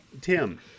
Tim